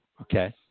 Okay